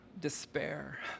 despair